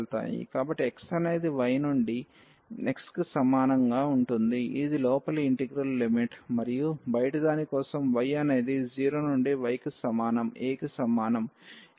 కాబట్టి x అనేది y నుండి x కి సమానంగా ఉంటుంది ఇది లోపలి ఇంటిగ్రల్ లిమిట్ మరియు బయటి దాని కోసం y అనేది 0 నుండి y కి సమానం a కి సమానం